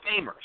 Famers